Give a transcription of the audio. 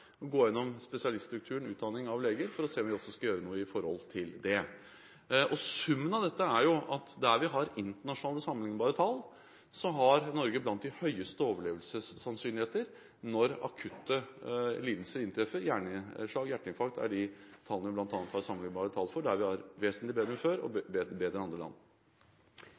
gå gjennom spesialiststrukturen, utdanning av leger, for å se om vi også skal gjøre noe med hensyn til det. Summen av dette er at der vi har internasjonale sammenlignbare tall, har Norge blant de høyeste overlevelsessannsynligheter når akutte lidelser inntreffer. Hjerneslag og hjerteinfarkt er blant det vi har sammenlignbare tall for, og der er vi vesentlig bedre enn før og bedre enn andre land.